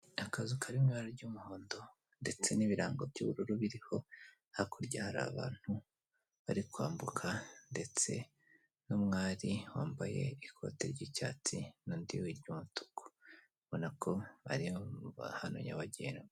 Akazu kari mu ibara ry'umuhondo ndetse n'ibirango by'ubururu biriho hakurya hari abantu bari kwambuka ndetse n'umwari wambaye ikote ry'icyatsi n'undi ry'umutuku ubona ko bari ahantu nyabagendwa.